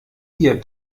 ihr